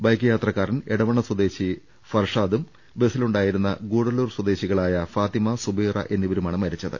bike യാത്രക്കാരൻ Edavanna സ്വദേശി ഫർഷാദും ബസിലുണ്ടായിരുന്ന ഗൂഢല്ലൂർ സ്വദേ ശികളായ ഫാത്തിമ സുബൈറ എന്നിവരുമാണ് മരിച്ചത്